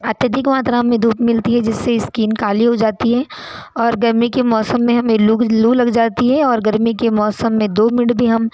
अत्यधिक मात्रा में धूप मिलती है जिससे स्किन काली हो जाती है और गर्मी के मौसम में हमें लू लग जाती है और गर्मी के मौसम में दो मिनट भी हम